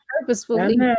purposefully